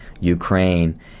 Ukraine